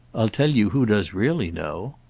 i'll tell you who does really know.